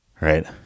Right